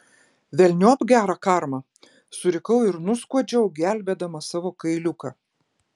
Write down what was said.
velniop gerą karmą surikau ir nuskuodžiau gelbėdama savo kailiuką